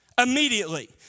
Immediately